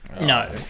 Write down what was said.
No